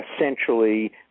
essentially